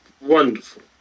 wonderful